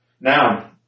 Now